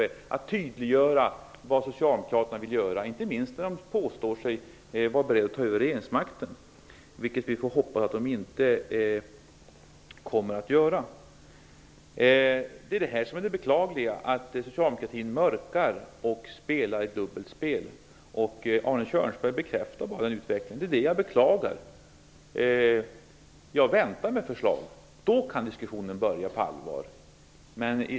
Det gäller ju att tydliggöra vad Socialdemokraterna vill göra, inte minst som man påstår sig vara beredd att ta över regeringsmakten. Vi får hoppas att Socialdemokraterna inte gör det. Det beklagliga är alltså att Socialdemokraterna mörkar och står för dubbelspel. Arne Kjörnsberg bekräftar bara den utvecklingen. Det beklagar jag. Jag väntar alltså på förslag. Först då kan diskussionen på allvar börja.